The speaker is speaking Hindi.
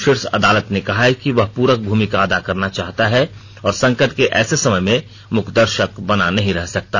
शीर्ष अदालत ने कहा कि वह पूरक भूमिका अदा करना चाहता है और संकट के ऐसे समय में मूकदर्शक बना नहीं रह सकता